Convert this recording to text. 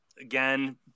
Again